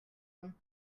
him